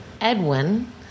Edwin